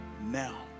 now